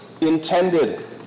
intended